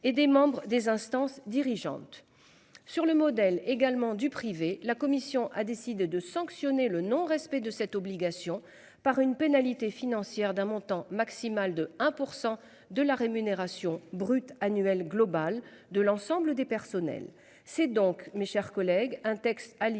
et des membres des instances dirigeantes. Sur le modèle également du privé, la Commission a décidé de sanctionner le non-respect de cette obligation par une pénalité financière d'un montant maximal de 1% de la rémunération brute annuelle globale de l'ensemble des personnels. C'est donc, mes chers collègues, un texte alliant ambition